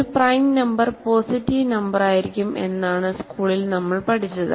ഒരു prime number positive നമ്പറായിരിക്കും എന്നാണ് സ്കൂളിൽ നമ്മൾ പഠിച്ചത്